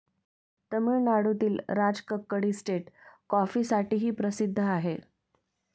तामिळनाडूतील राजकक्कड इस्टेट कॉफीसाठीही प्रसिद्ध आहे